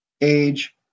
age